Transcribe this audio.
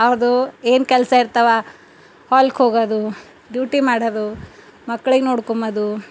ಅವರದು ಏನು ಕೆಲಸ ಇರ್ತವ ಹೊಲಕ್ಕೆ ಹೋಗೋದು ಡ್ಯೂಟಿ ಮಾಡೋದು ಮಕ್ಕಳಿಗೆ ನೋಡ್ಕೊಂಬದು